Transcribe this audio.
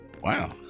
Wow